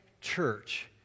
church